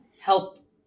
help